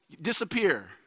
disappear